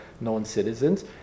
non-citizens